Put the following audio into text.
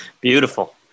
Beautiful